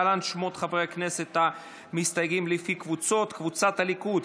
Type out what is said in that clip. להלן שמות חברי הכנסת המסתייגים לפי קבוצות: קבוצת סיעת הליכוד: